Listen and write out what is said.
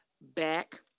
back –